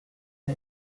and